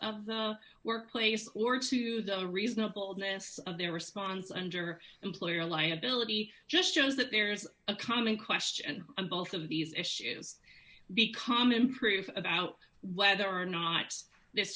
of the workplace or to the reasonable this of their response under employer liability just shows that there is a common question and both of these issues become improve about whether or not th